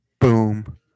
Boom